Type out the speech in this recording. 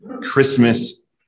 Christmas